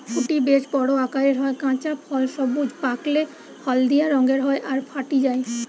ফুটি বেশ বড় আকারের হয়, কাঁচা ফল সবুজ, পাকলে হলদিয়া রঙের হয় আর ফাটি যায়